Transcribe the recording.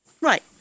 Right